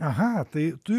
aha tai tu